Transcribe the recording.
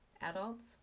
adults